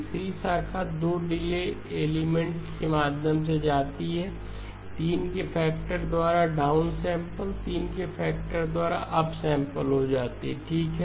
तीसरी शाखा 2 delayed element के माध्यम से जाती है 3 के फैक्टर द्वारा डाउन सैंपल 3 के फैक्टर द्वारा अप सैंपल हो जाता है ठीक